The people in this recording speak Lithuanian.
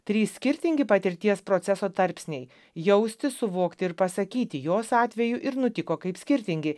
trys skirtingi patirties proceso tarpsniai jausti suvokti ir pasakyti jos atveju ir nutiko kaip skirtingi